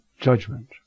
judgment